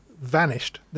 vanished